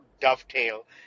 Dovetail